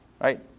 right